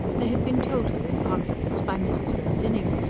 they had been told her, in confidence, by mrs. glendinning,